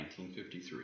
1953